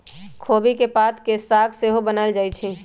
खोबि के पात के साग सेहो बनायल जाइ छइ